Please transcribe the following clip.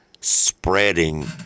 spreading